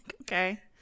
Okay